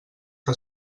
que